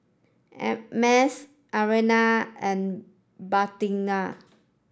and Mas Aina and Batrisya